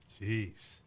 Jeez